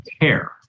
care